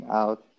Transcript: out